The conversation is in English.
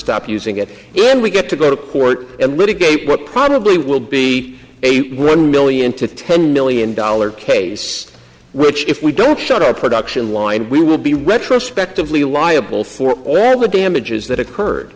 stop using it then we get to go to court and litigate what probably will be a one million to ten million dollars case which if we don't shut our production line we will be retrospectively liable for damages that occurred